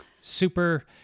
Super